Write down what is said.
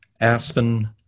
Aspen